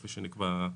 כפי שנקבע.